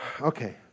Okay